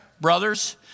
brothers